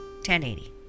1080